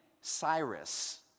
Cyrus